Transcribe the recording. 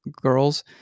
girls